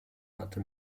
hatte